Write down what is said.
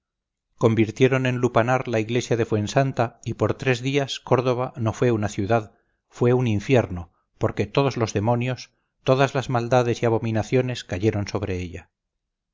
convirtieron en lupanar la iglesia de fuensanta y por tres días córdoba no fue una ciudad fue un infierno porque todos los demonios todas las maldades y abominaciones cayeron sobre ella